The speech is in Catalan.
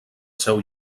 seu